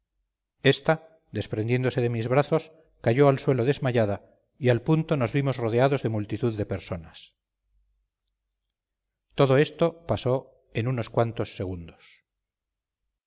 ésta desprendiéndose de mis brazos cayó al suelo desmayada y al punto nos vimos rodeados de multitud de personas todo esto pasó en unos cuantos segundos